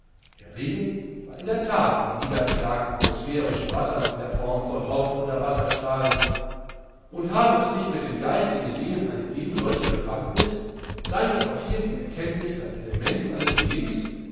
der regen war in der tat ein niederschlag atmosphärischen wassers in form von tropfen oder wasserstrahlen und habe es nicht mit den geistigen dingen eine ebensolche bewandtnis sei nicht auch hier erkenntnis das element alles lebens